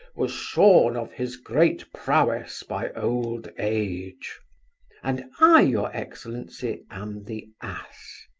was shorn of his great prowess by old age and i, your excellency, am the ass.